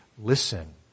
Listen